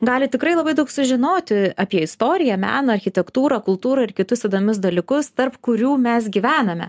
gali tikrai labai daug sužinoti apie istoriją meną architektūrą kultūrą ir kitus įdomius dalykus tarp kurių mes gyvename